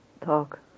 talk